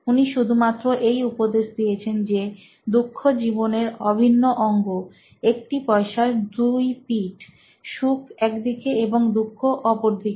উনি শুধুমাত্র এই উপদেশ দিয়েছেন যে দুঃখ জীবনের অভিন্ন অঙ্গ একটি পয়সার দুই পিঠসুখ একদিকে এবং দুঃখ অপার দিকে